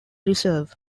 reserve